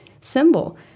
symbol